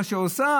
מה שהיא עושה,